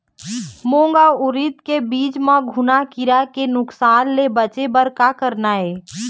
मूंग अउ उरीद के बीज म घुना किरा के नुकसान ले बचे बर का करना ये?